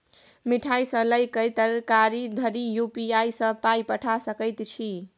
मिठाई सँ लए कए तरकारी धरि यू.पी.आई सँ पाय पठा सकैत छी